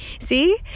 See